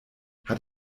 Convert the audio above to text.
hat